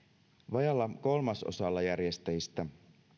vajaalla kolmasosalla järjestäjistä